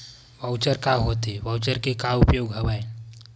Voucher का होथे voucher के का उपयोग हवय?